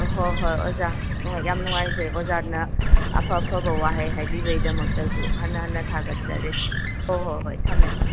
ꯑꯍꯣꯏ ꯍꯣꯏ ꯑꯣꯖꯥ ꯌꯥꯝ ꯅꯨꯡꯉꯥꯏꯖꯔꯦ ꯑꯣꯖꯥꯅ ꯑꯐ ꯑꯐꯕ ꯋꯥꯍꯩ ꯍꯥꯏꯕꯤꯕꯩꯗꯃꯛꯇꯁꯨ ꯍꯟꯅ ꯍꯟꯅ ꯊꯥꯒꯠꯆꯔꯤ ꯍꯣ ꯍꯣ ꯍꯣꯏ ꯊꯝꯃꯦ